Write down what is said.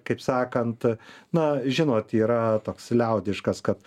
kaip sakant na žinot yra toks liaudiškas kad